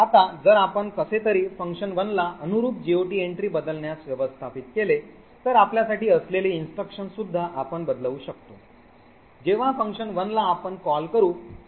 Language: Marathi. आता जर आपण कसे तरी fun1 ला अनुरुप GOT entry बदलण्यास व्यवस्थापित केले तर आपल्यासाठी असलेली instruction सुद्धा आपण बदलवू शकतो जेव्हा fun1 ला आपण कॉल करू